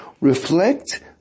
reflect